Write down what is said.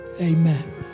Amen